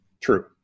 True